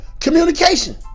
communication